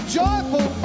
joyful